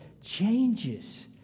changes